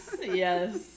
yes